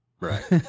Right